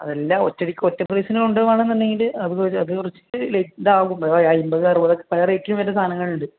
അതെല്ലാം ഒറ്റ അടിക്ക് ഒറ്റ പ്രൈസിന് കിട്ടുകയാണെന്ന് ഉണ്ടെങ്കിൽ അത് അത് കുറച്ച് ഇത് ആകും അൻപത് അറുപത് ഒക്കെ പല റേറ്റിൽ വരുന്ന സാധനങ്ങളുണ്ട്